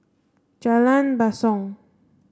Jalan Basong